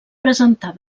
presentar